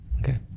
okay